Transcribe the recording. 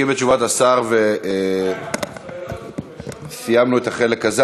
מסתפקים בתשובת השר, וסיימנו את החלק הזה.